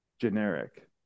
generic